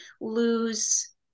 lose